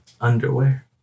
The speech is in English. underwear